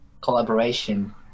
collaboration